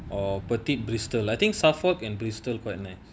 or petite bristol letting suffolk and bristol quite nice